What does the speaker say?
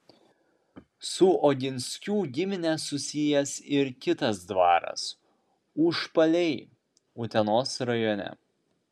su oginskių gimine susijęs ir kitas dvaras užpaliai utenos rajone